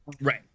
Right